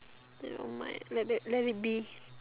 nevermind let that let it be